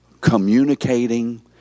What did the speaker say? communicating